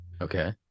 okay